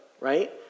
right